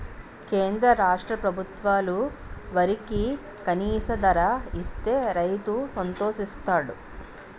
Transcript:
కేంద్ర రాష్ట్ర ప్రభుత్వాలు వరికి కనీస ధర ఇస్తే రైతు సంతోషిస్తాడు